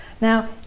Now